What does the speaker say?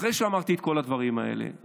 אחרי שאמרתי את כל הדברים האלה,